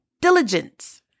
Diligence